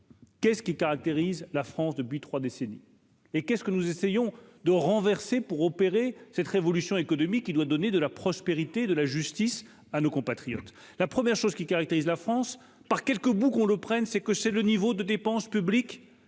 qu'est ce qui caractérise la France depuis 3 décennies et qu'est ce que nous essayons de renverser pour opérer cette révolution économique, il doit donner de la prospérité de la justice à nos compatriotes, la première chose qui caractérise la France par quelque bout qu'on le prenne, c'est que c'est le niveau de dépenses publiques